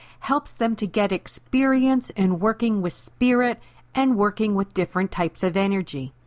helps them to get experience in working with spirit and working with different types of energy.